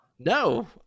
No